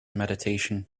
meditation